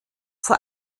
vor